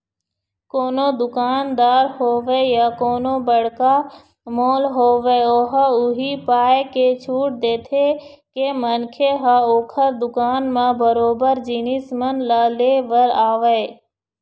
कोनो दुकानदार होवय या कोनो बड़का मॉल होवय ओहा उही पाय के छूट देथे के मनखे ह ओखर दुकान म बरोबर जिनिस मन ल ले बर आवय